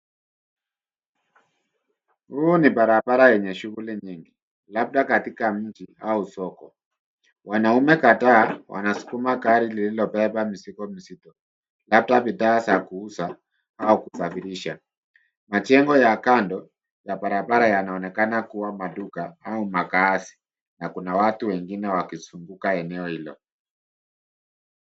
Huu ni barabara yenye shughuli nyingi, labda katika mji au soko. Wanaume kadhaa wanasukuma gari lililobeba mizigo mizito, labda bidhaa za kuuza au kusafirisha. Majengo ya kando ya barabara yanaonekana kua maduka au makazi, na kuna watu wengine wakizunguka eneo hilo.